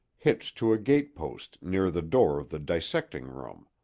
hitched to a gatepost near the door of the dissecting-room.